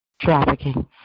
trafficking